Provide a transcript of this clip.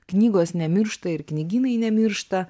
knygos nemiršta ir knygynai nemiršta